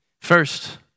First